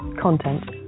content